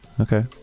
Okay